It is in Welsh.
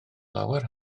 lawer